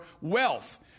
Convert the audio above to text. wealth